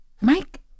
Mike